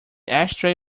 ashtray